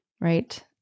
right